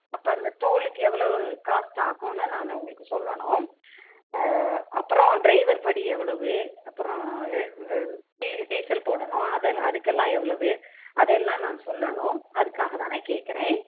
அப்போ அந்த டோலுக்கு எவ்வளோவு காஸ்ட் ஆகுன்னு நான் உங்களுக்கு சொல்லணும் அப்புறம் டிரைவர் படி எவ்வளோவு அப்புறம் டீ டீசல் போடணும் அதெல் அதுக்கெல்லாம் எவ்வளோவு அதை எல்லாம் நான் சொல்லணும் அதுக்காக தான் நான் கேட்கறேன்